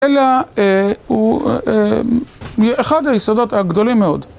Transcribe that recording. אלא הוא אחד היסודות הגדולים מאוד